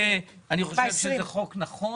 אני חושב שזה חוק נכון,